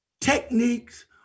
techniques